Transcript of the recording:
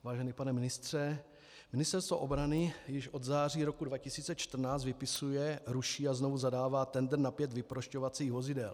Vážený pane ministře, Ministerstvo obrany již od září roku 2014 vypisuje, ruší a znovu zadává tendr na pět vyprošťovacích vozidel.